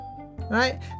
Right